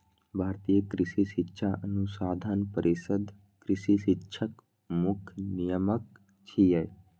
भारतीय कृषि शिक्षा अनुसंधान परिषद कृषि शिक्षाक मुख्य नियामक छियै